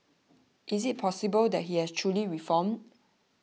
is it possible that he has truly reformed